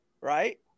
right